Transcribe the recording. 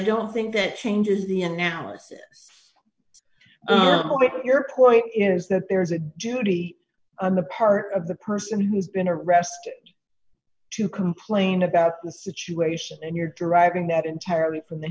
don't think that changes the analysis your point is that there's a jury on the part of the person who's been arrested to complain about the situation and you're deriving that entirely from the